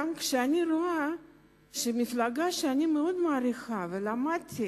גם כשאני רואה שמפלגה שאני מאוד מעריכה, ולמדתי